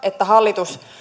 hallitus